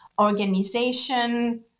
organization